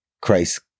Christ